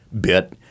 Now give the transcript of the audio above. bit